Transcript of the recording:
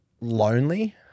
lonely